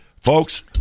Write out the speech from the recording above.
Folks